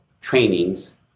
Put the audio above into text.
trainings